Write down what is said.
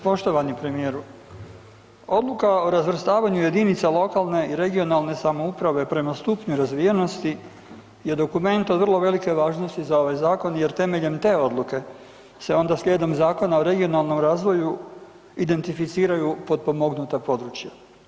Poštovani premijeru, odluka o razvrstavanju jedinica lokalne i regionalne samouprave prema stupnju razvijenosti je dokument od vrlo velike važnosti za ovaj zakon jer temeljem te odluke se onda slijedom Zakona o regionalnom razvoju identificiraju potpomognuta područja.